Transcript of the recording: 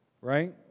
right